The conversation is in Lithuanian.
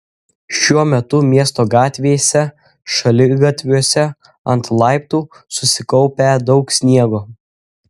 šiuo metu miesto gatvėse šaligatviuose ant laiptų susikaupę daug sniego